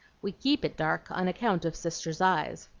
we keep it dark on account of sister's eyes.